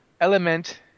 Element